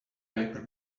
paper